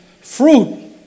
fruit